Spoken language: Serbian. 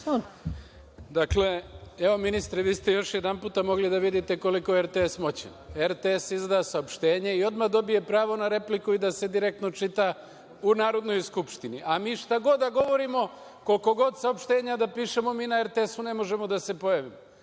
Šarović** Ministre, vi ste još jedanputa mogli da vidite koliko je RTS moćan. RTS izda saopštenje i odmah dobije pravo na repliku i da se direktno čita u Narodnoj skupštini, a mi šta god da govorimo, koliko god saopštenja da pišemo, mi na RTS-u ne možemo da se pojavimo.